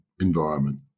environment